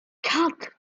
can’t